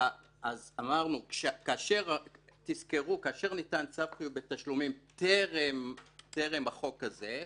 תזכרו שכאשר ניתן צו חיוב בתשלומים טרם החוק הזה,